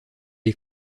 est